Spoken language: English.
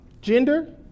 gender